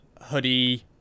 hoodie